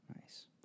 Nice